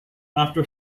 after